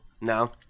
No